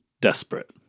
desperate